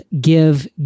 give